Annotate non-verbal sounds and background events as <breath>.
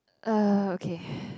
uh okay <breath>